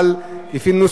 לפי נוסח הוועדה.